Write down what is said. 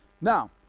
Now